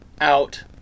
out